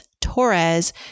Torres